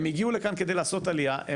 הם הגיעו לכאן כדי לעשות עלייה.